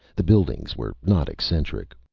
the buildings were not eccentric.